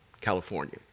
California